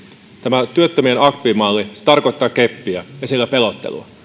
tämä työttömien aktiivimalli tarkoittaa keppiä ja sillä pelottelua